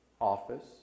office